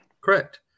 Correct